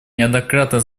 неоднократно